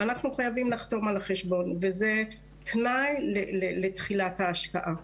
אנחנו חייבים לחתום על החשבון וזה תנאי לתחילת ההשקעה.